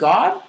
God